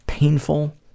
painful